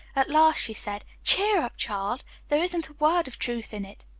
at last she said cheer up, child! there isn't a word of truth in it!